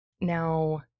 Now